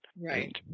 Right